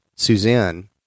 Suzanne